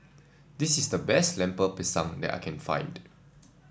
this is the best Lemper Pisang that I can find